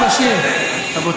בערי יהודה,